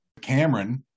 Cameron